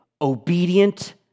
obedient